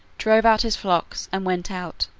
drove out his flocks, and went out,